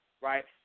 right